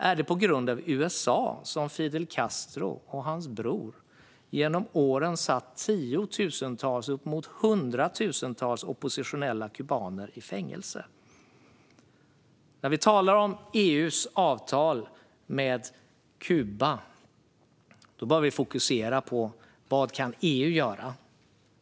Är det på grund av USA som Fidel Castro och hans bror genom åren har satt tiotusentals uppemot hundratusentals oppositionella kubaner i fängelse? När vi talar om EU:s avtal med Kuba bör vi fokusera på vad EU kan göra.